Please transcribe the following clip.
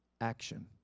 action